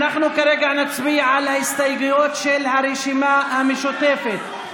אנחנו כרגע נצביע על ההסתייגויות של הרשימה המשותפת.